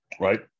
right